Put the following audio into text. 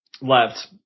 left